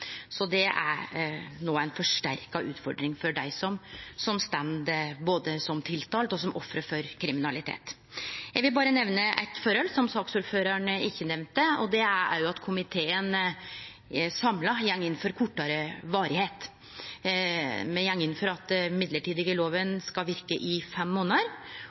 Det er no ei forsterka utfordring både for dei som står som tiltalte, og for dei som er offer for kriminalitet. Eg vil berre nemne eit forhold som saksordføraren ikkje nemnde. Det er at komiteen samla går inn for kortare varigheit. Me går inn for at den mellombelse lova skal gjelde i fem månader.